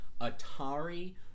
Atari